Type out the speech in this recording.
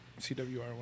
CWR